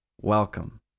Welcome